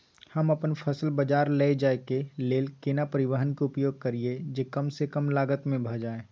हम अपन फसल बाजार लैय जाय के लेल केना परिवहन के उपयोग करिये जे कम स कम लागत में भ जाय?